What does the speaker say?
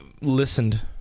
listened